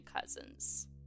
cousins